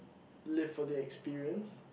live for the experience